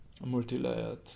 multi-layered